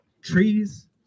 trees